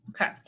Okay